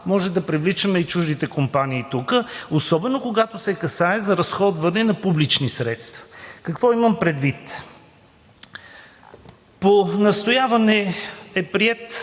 можем да привличаме и чуждите компании тук, особено когато се касае за разходване на публични средства. Какво имам предвид? По настояване – имам